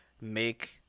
Make